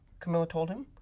camilla told him.